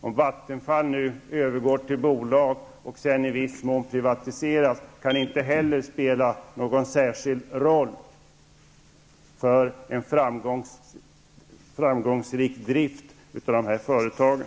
Om Vattenfall ombildas till bolag och i viss mån privatiseras kan inte det heller spela särskilt stor roll när det gäller detta med en framgångsrik drift av de här företagen.